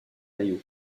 maillot